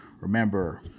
remember